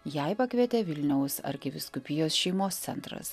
jai pakvietė vilniaus arkivyskupijos šeimos centras